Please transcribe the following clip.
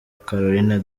caroline